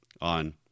on